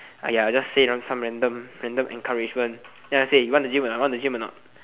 ah ya just say some random random encouragement then I say you want gym or not want to gym or not